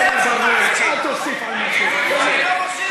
אל תוסיף, באמת.